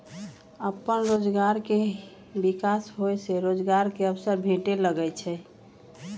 अप्पन रोजगार के विकास होय से रोजगार के अवसर भेटे लगैइ छै